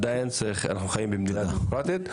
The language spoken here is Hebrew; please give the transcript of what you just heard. אנחנו חיים במדינה דמוקרטית.